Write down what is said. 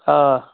آ